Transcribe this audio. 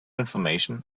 information